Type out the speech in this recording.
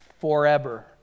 forever